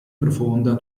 profonda